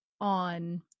on